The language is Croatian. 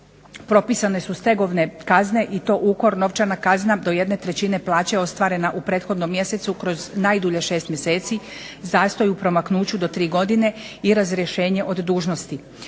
propisane su stegovne kazne i to ukor novčana kazna do jedne trećine plaće ostvarene u prethodnom mjesecu kroz najdulje 6 mjeseci, zastoj u promaknuću do tri godine i razrješenje od dužnosti.